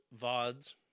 VODs